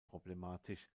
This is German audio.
problematisch